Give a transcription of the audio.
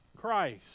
Christ